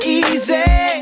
easy